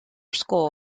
school